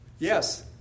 Yes